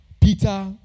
Peter